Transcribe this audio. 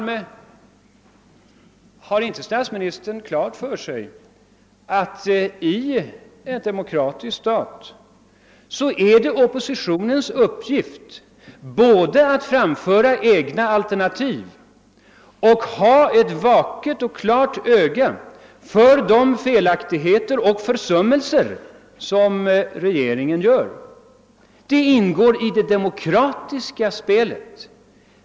Men har inte statsministern klart för sig att det i en demokrati är oppositionens uppgift både att framföra egna alternativ och att hålla ett vakande öga på de fel och försummelser som regeringen begår? Detta ingår i det demokratiska spelet.